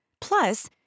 Plus